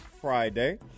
Friday